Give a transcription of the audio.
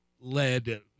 led